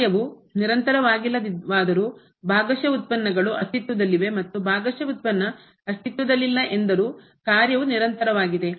ಕಾರ್ಯವು ನಿರಂತರವಾಗಿಲ್ಲವಾದರು ಭಾಗಶಃ ಉತ್ಪನ್ನಗಳು ಅಸ್ತಿತ್ವದಲ್ಲಿದೆ ಮತ್ತು ಭಾಗಶಃ ವ್ಯುತ್ಪನ್ನ ಅಸ್ತಿತ್ವದಲ್ಲಿಲ್ಲ ಎಂದರು ಕಾರ್ಯವು ನಿರಂತರವಾಗಿದೆ